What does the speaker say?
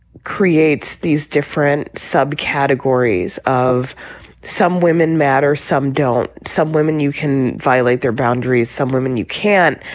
creates these different subcategories of some women matter some don't. some women you can violate their boundaries some women you can't.